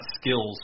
skills